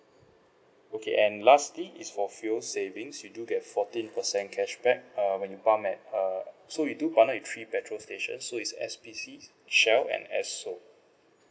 okay and lastly is for fuel savings you do get fourteen percent cashback uh when you pump at err so we do partner with three petrol stations so it's S_P_C Shell and Esso